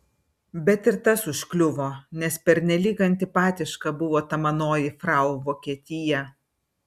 bet ir tas užkliuvo nes pernelyg antipatiška buvo ta manoji frau vokietija